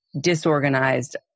disorganized